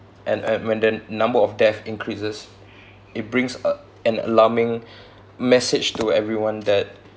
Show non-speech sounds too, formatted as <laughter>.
and at when the number of death increases it brings a an alarming <breath> message to everyone that